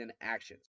actions